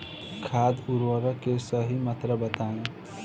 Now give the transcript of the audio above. खाद उर्वरक के सही मात्रा बताई?